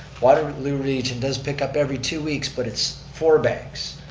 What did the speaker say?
waterloo region does pick up every two weeks but it's four bags,